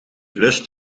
lust